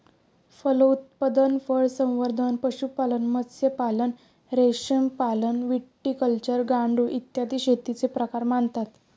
फलोत्पादन, फळसंवर्धन, पशुपालन, मत्स्यपालन, रेशीमपालन, व्हिटिकल्चर, गांडूळ, इत्यादी शेतीचे प्रकार मानतात